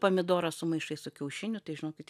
pomidorą sumaišai su kiaušiniu tai žinokit